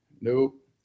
Nope